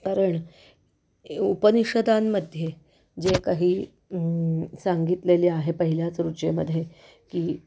कारण उपनिषदांमध्ये जे काही सांगितलेले आहे पहिल्याच रुचेमध्ये की